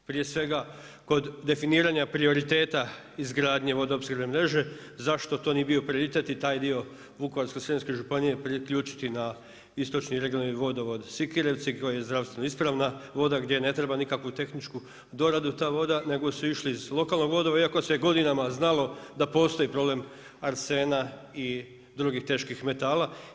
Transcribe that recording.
Prije svega kod definiranja prioriteta izgradnje vodoopskrbne mreže, zašto to nije bio prioritet i taj dio Vukovarsko-srijemske županije, priključiti na istočni regionalni vodovod Sikirevci koji je zdravstveno ispravna voda, gdje ne treba nikakvu tehničku doradu ta voda, nego su išli iz lokalnog vodovoda iako se godinama znalo da postoji problem arsena i drugih teških metala.